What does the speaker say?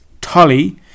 Tolly